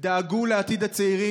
דאגו לעתיד הצעירים.